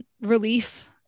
relief